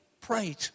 prayed